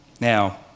Now